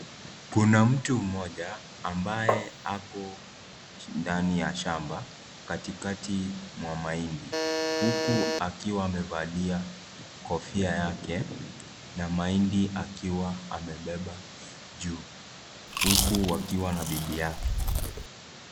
Kuna mtu mmoja ambaye ako ndani ya shamba katikati mwa mahindi. Huku akiwa amevalia kofia yake na mahindi akiwa amebeba juu. Huku wakiwa na bibi yake.